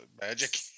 magic